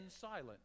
silent